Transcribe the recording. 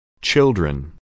Children